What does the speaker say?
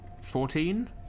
Fourteen